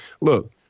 look